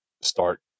start